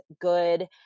good